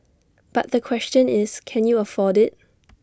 but the question is can you afford IT